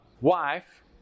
wife